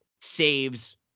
Saves